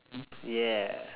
yeah